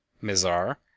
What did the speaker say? Mizar